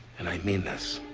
and i mean this,